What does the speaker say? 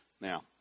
Now